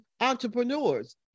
entrepreneurs